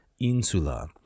Insula